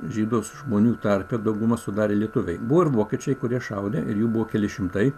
žydus žmonių tarpe daugumą sudarė lietuviai buvo ir vokiečiai kurie šaudė ir jų buvo keli šimtai